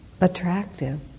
attractive